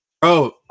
Bro